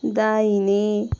दाहिने